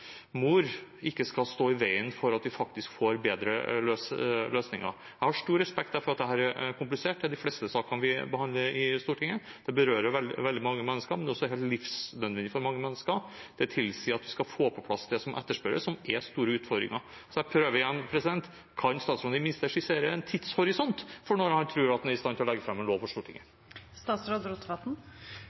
mor – ikke skal stå i veien for at vi får bedre løsninger. Jeg har stor respekt for at dette er komplisert, det er de fleste sakene vi behandler i Stortinget. Det berører veldig mange mennesker, men det er også helt livsnødvendig for mange mennesker. Det tilsier at vi må få på plass det som etterspørres, som gir store utfordringer. Så jeg prøver igjen: Kan statsråden i det minste skissere en tidshorisont for når han tror at han er i stand til å legge fram en lov for